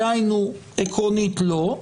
דהיינו, עקרונית לא.